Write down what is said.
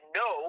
no